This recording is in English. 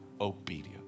obedience